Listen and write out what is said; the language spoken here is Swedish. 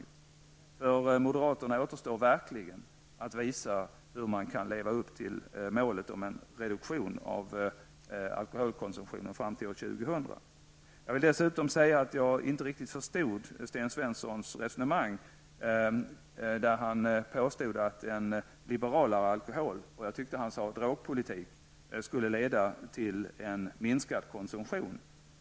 Det återstår verkligen för moderaterna att visa hur man kan leva upp till målet om en reduktion av alkoholkonsumtionen fram till år 2000. Jag vill dessutom säga att jag inte riktigt förstod Sten Svenssons resonemang. Han påstod att en liberalare alkoholpolitik -- och jag tror att han även sade drogpolitik -- skulle leda till en minskad konsumtion.